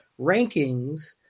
rankings